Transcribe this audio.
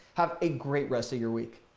have a great rest of your week.